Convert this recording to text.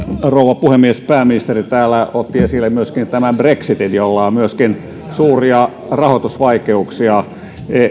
rouva puhemies pääministeri täällä otti esille myöskin brexitin jolla on suuria rahoitusvaikutuksia